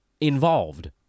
involved